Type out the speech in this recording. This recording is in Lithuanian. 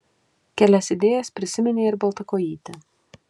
kelias idėjas prisiminė ir baltkojytė